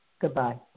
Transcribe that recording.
Goodbye